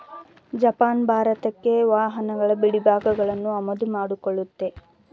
Japan ಭಾರತಕ್ಕೆ ವಾಹನಗಳ ಬಿಡಿಭಾಗಗಳನ್ನು ಆಮದು ಮಾಡಿಕೊಳ್ಳುತ್ತೆ